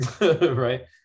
right